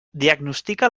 diagnostica